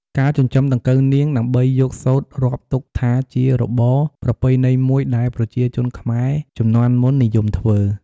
ការចិញ្ចឹមដង្កូវនាង ដើម្បីយកសូត្ររាប់ទុកថាជារបរប្រពៃណីមួយដែលប្រជាជនខ្មែរជំនាន់មុននិយមធ្វើ។